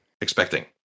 expecting